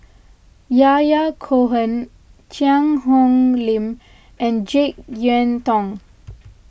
Yahya Cohen Cheang Hong Lim and Jek Yeun Thong